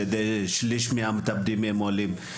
ששליש מהמתאבדים הם עולים.